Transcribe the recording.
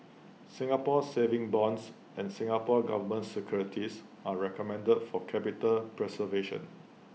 Singapore savings bonds and Singapore Government securities are recommended for capital preservation